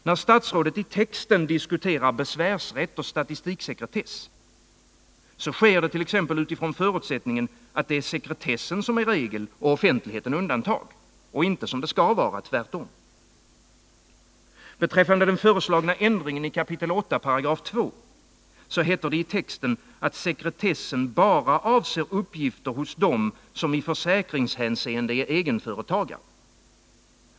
Närstatsrådet i texten diskuterar besvärsrätt och statistiksekretess sker det utifrån förutsättningen att det är sekretessen som är regel och offentligheten undantag och inte — som det skall vara — tvärtom. Vad beträffar den föreslagna ändringen i 8 kap. 2 § heter det i texten att sekretessen bara avser uppgifter hos dem som i försäkringshänseende är egenföretagare.